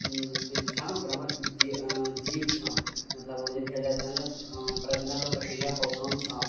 जे छँ ओकरामे जीव छँ मतलब ओ जे प्रजनन रऽ प्रक्रिया पौधोमे छँ